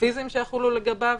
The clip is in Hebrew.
הפיזיים שיחולו לגביו,